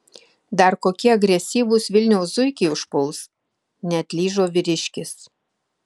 dar kokie agresyvūs vilniaus zuikiai užpuls neatlyžo vyriškis